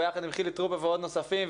ביחד עם חילי טרופר ועוד נוספים,